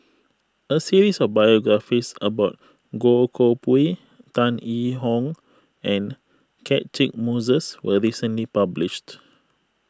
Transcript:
a series of biographies about Goh Koh Pui Tan Yee Hong and Catchick Moses was recently published